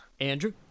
andrew